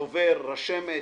דובר, רשמת,